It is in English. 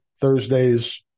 Thursdays